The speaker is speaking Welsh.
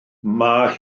mae